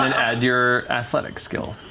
um add your athletic skill.